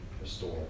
restore